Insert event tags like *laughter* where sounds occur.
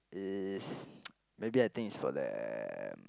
is *noise* maybe I think is for the